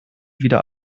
wieder